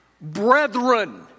Brethren